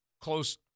close